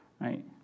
right